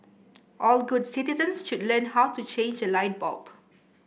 all good citizens should learn how to change a light bulb